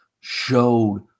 showed